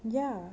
ya